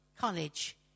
college